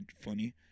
funny